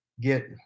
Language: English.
get